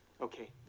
Okay